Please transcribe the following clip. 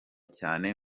cyane